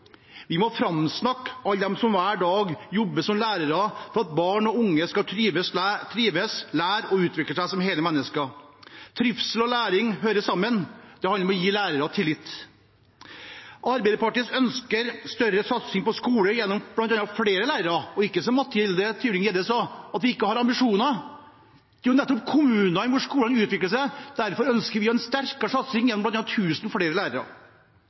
Vi må framsnakke alle dem som hver dag jobber som lærere for at barn og unge skal trives, lære og utvikle seg som hele mennesker. Trivsel og læring hører sammen. Det handler om å gi lærere tillit. Arbeiderpartiet ønsker en større satsing på skole gjennom bl.a. flere lærere, det er ikke som representanten Mathilde Tybring-Gjedde sa, at vi ikke har ambisjoner. Det er jo nettopp i kommunene skolen utvikler seg. Derfor ønsker vi en sterkere satsing gjennom bl.a. 1 000 flere lærere.